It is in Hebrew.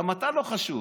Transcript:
גם אתה לא חשוב,